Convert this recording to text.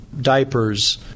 diapers